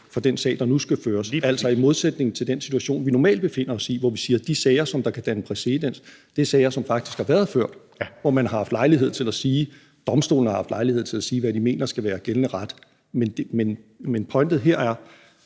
for den sag, der nu skal føres, altså i modsætning til den situation, vi normalt befinder os i, hvor vi siger, at de sager, som kan danne præcedens, er sager, som faktisk har været ført, hvor domstolene har haft lejlighed til at sige, hvad de mener skal være gældende ret? Men pointen er her